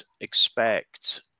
expect